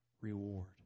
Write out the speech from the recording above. reward